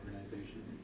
organization